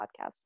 podcast